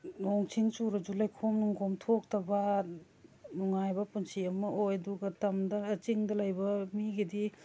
ꯅꯣꯡ ꯁꯤꯡ ꯆꯨꯔꯁꯨ ꯂꯩꯈꯣꯝ ꯅꯨꯡꯒꯣꯝ ꯊꯣꯛꯇꯕ ꯅꯨꯡꯉꯥꯏꯕ ꯄꯨꯟꯁꯤ ꯑꯃ ꯑꯣꯏ ꯑꯗꯨꯒ ꯇꯝꯗ ꯆꯤꯡꯗ ꯂꯩꯕ ꯃꯤꯒꯤꯗꯤ